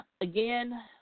again